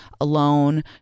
alone